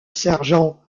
sergent